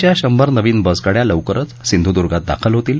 च्या शंभर नवीन बसगाड्या लवकरच सिंधुदर्गात दाखल होतील